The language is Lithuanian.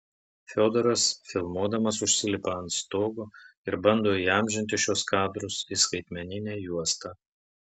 fiodoras filmuodamas užsilipa ant stogo ir bando įamžinti šiuos kadrus į skaitmeninę juostą